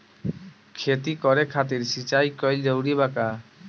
खेती करे खातिर सिंचाई कइल जरूरी बा का?